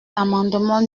l’amendement